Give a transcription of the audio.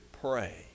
pray